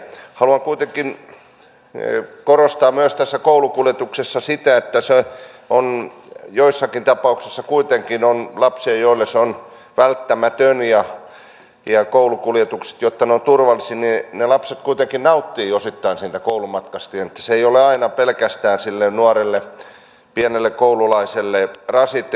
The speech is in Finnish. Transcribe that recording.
haluan kuitenkin korostaa myös tässä koulukuljetuksessa sitä että joissakin tapauksissa kuitenkin on lapsia joille koulukuljetukset ovat välttämättömiä ja kun ne ovat turvallisia niin ne lapset osittain nauttivatkin siitä koulumatkasta se ei ole aina sille nuorelle pienelle koululaiselle pelkästään rasite